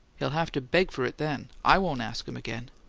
he'll have to beg for it then! i won't ask him again.